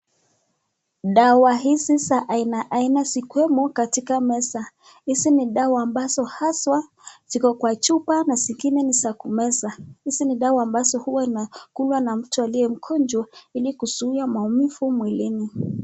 Dawa hizi za aina aina zikiwemo katika meza. Hizi ni dawa ambazo haswa ziko kwa chupa na zingine ni za kumeza. Hizi ni dawa ambazo huwa inakunywa na mtu aliye mgonjwa ili kuzuia maumivu mwilini.